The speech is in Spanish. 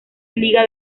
liga